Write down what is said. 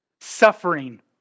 suffering